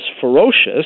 ferocious